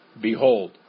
Behold